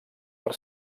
per